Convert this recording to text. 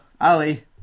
Ali